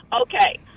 Okay